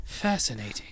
Fascinating